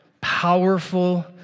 powerful